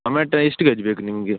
tomato ಎಷ್ಟು KG ಬೇಕು ನಿಮಗೆ